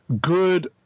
good